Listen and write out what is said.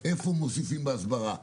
איפה מוסיפים בהסברה,